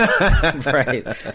Right